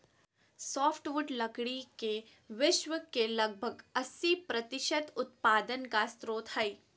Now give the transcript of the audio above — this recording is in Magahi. सॉफ्टवुड लकड़ी के विश्व के लगभग अस्सी प्रतिसत उत्पादन का स्रोत हइ